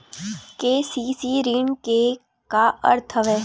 KCC ऋण के का अर्थ हवय?